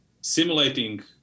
simulating